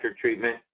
treatment